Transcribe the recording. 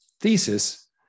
thesis